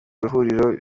huriro